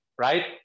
right